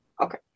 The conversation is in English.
Okay